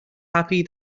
happy